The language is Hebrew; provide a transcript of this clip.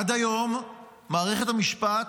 עד היום מערכת המשפט